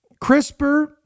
CRISPR